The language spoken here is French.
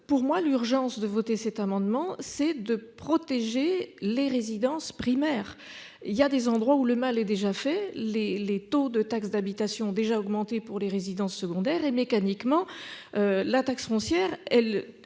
Pour moi l'urgence de voter cet amendement, c'est de protéger les résidences primaires il y a des endroits où le mal est déjà fait, les, les taux de taxe d'habitation ont déjà augmenté pour les résidences secondaires et mécaniquement. La taxe foncière. Elle,